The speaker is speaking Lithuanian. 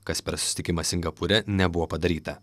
kas per susitikimą singapūre nebuvo padaryta